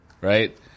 right